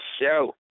show